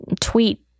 tweet